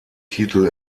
titel